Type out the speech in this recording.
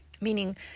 Meaning